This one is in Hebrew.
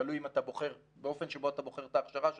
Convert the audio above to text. תלוי באופן שבו אתה בוחר את ההכשרה שלך,